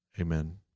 Amen